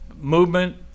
movement